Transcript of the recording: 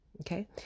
Okay